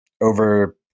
over